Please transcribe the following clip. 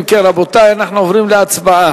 אם כן, רבותי, אנחנו עוברים להצבעה.